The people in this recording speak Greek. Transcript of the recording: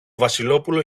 βασιλόπουλο